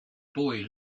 boy